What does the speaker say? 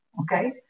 okay